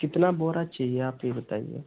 कितना बोरा चाहिए आप ये बताइए